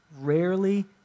rarely